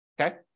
okay